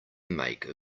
make